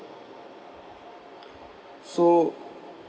so